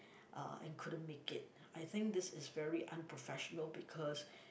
uh and couldn't make it I think this is very unprofessional because